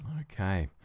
Okay